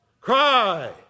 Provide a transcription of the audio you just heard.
cry